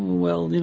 well,